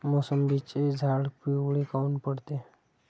मोसंबीचे झाडं पिवळे काऊन पडते?